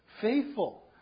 faithful